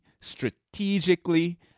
strategically